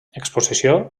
exposició